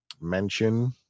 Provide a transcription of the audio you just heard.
mention